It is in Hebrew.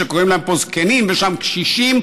שקוראים להם פה זקנים ושם קשישים,